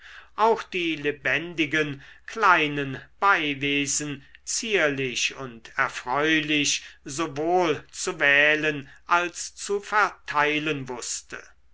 auch die lebendigen kleinen beiwesen zierlich und erfreulich sowohl zu wählen als zu verteilen wußte